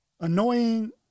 annoying